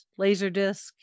Laserdisc